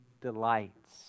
delights